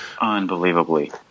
Unbelievably